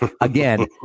Again